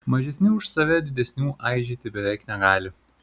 mažesni už save didesnių aižyti beveik negali